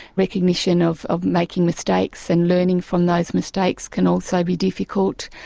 recognition of of making mistakes and learning from those mistakes can also be difficult.